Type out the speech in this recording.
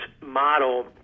model